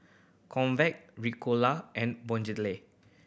Convatec Ricola and Bonjela